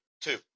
two